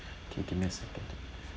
okay give me a second ah